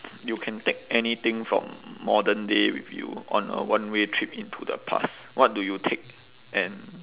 you can take anything from modern day with you on a one way trip into the past what do you take and